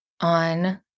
On